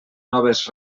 noves